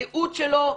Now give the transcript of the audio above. הייעוד שלו,